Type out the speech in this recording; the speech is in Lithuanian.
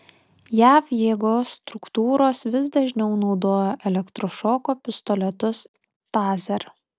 jav jėgos struktūros vis dažniau naudoja elektrošoko pistoletus taser